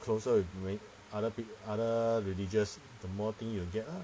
closer with other big other religious the more thing you will get ah